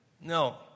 No